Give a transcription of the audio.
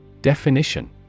Definition